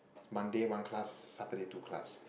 Monday one class Saturday two class